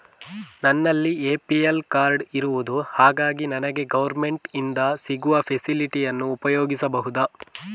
ನನ್ನಲ್ಲಿ APL card ಇರುದು ಹಾಗಾಗಿ ನನಗೆ ಗವರ್ನಮೆಂಟ್ ಇಂದ ಸಿಗುವ ಫೆಸಿಲಿಟಿ ಅನ್ನು ಉಪಯೋಗಿಸಬಹುದಾ?